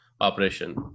operation